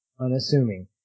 unassuming